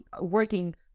working